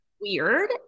weird